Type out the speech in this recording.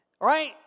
right